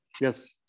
Yes